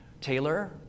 Taylor